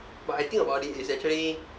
but I think about it it's actually